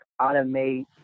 automate